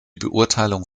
beurteilung